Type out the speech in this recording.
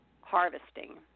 harvesting